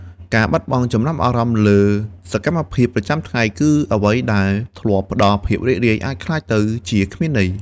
ការបាត់បង់ចំណាប់អារម្មណ៍លើសកម្មភាពប្រចាំថ្ងៃ គឺអ្វីដែលធ្លាប់ផ្តល់ភាពរីករាយ អាចក្លាយទៅជាគ្មានន័យ។